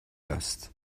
است